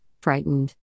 frightened